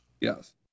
Yes